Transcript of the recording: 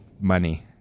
Money